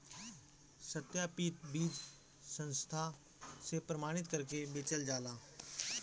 सत्यापित बीज संस्था से प्रमाणित करके बेचल जाला